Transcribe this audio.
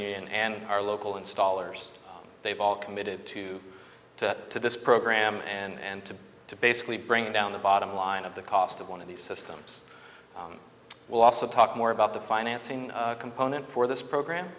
union and our local installers they've all committed to to this program and to to basically bring down the bottom line of the cost of one of these systems will also talk more about the financing component for this program